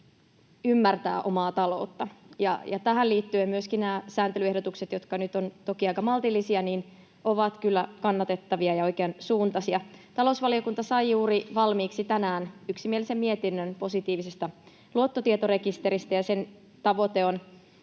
ymmärtää omaa taloutta. Ja tähän liittyen myöskin nämä sääntelyehdotukset, jotka nyt ovat toki aika maltillisia, ovat kyllä kannatettavia ja oikeansuuntaisia. Talousvaliokunta sai juuri tänään valmiiksi yksimielisen mietinnön positiivisesta luottotietorekisteristä, ja sen tavoite on,